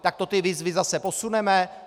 Tak to ty výzvy zase posuneme?